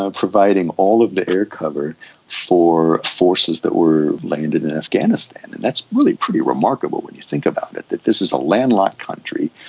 ah providing all of the air cover for forces that were landed in afghanistan. and that's really pretty remarkable when you think about it, that this is a landlocked country,